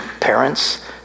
parents